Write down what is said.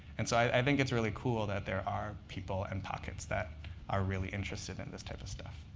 and so i think it's really cool that there are people and pockets that are really interested in this type of stuff.